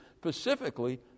specifically